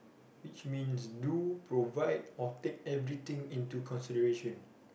teach means do provide or take everything into consideration